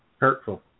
Hurtful